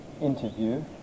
interview